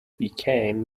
became